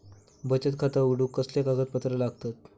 बचत खाता उघडूक कसले कागदपत्र लागतत?